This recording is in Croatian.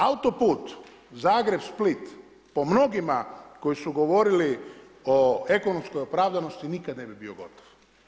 Autoput Zagreb-Split po mnogima koji su govorili o ekonomskoj opravdanost, nikad ne bi bio gotov.